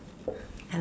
hello